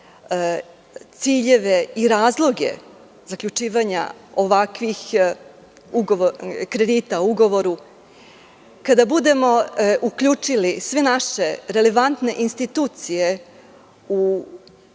ciljeve i razloge zaključivanje ovakvih kredita u ugovoru, kada budemo uključili sve naše relevantne institucije u